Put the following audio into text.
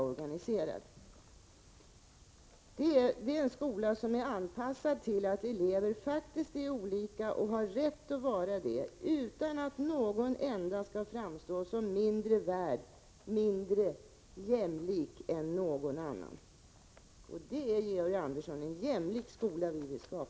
Det är en skola som är anpassad till att elever faktiskt är olika och har rätt att vara det, utan att någon enda skall framstå som mindre värd, mindre jämlik, än någon annan.